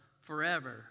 forever